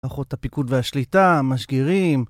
מערכות הפיקוד והשליטה, משגרים